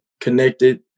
connected